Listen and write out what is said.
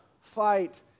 fight